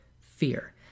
fear